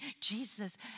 Jesus